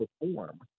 perform